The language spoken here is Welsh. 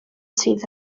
sydd